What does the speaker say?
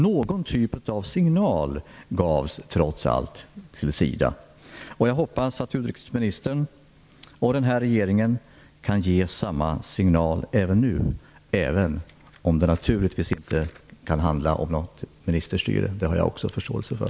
Någon typ av signal gavs trots allt till SIDA. Jag hoppas att utrikesministern och den här regeringen kan ge samma signal nu, även om det naturligtvis inte kan handla om ministerstyre - det har jag förståelse för.